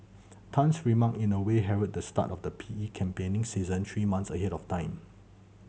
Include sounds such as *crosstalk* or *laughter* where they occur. Tan's remark in a way herald the start of the P E campaigning season three months ahead of time *noise*